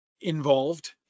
involved